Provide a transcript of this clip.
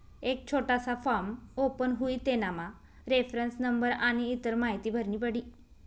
एक छोटासा form open हुई तेनामा रेफरन्स नंबर आनी इतर माहीती भरनी पडी